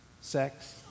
sex